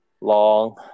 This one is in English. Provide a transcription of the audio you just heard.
long